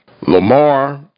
Lamar